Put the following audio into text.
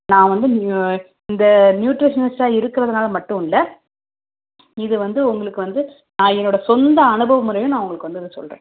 நான் வந்து நீங்கள் இந்த நியூட்ரிஷியனிஸ்ட்டாக இருக்கிறதுனால மட்டும் இல்லை இது வந்து உங்களுக்கு வந்து நான் என்னோடய சொந்த அனுபவமுறையில் நான் உங்களுக்கு வந்து இதை சொல்கிறேன்